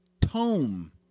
tome